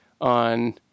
on